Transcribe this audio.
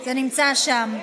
זה נמצא שם.